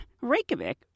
Reykjavik